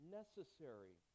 necessary